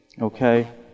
okay